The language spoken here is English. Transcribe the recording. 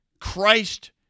Christ